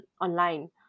online